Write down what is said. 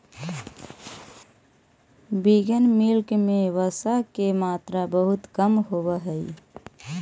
vegan milk में वसा के मात्रा बहुत कम होवऽ हइ